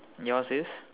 yours is